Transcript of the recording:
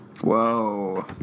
Whoa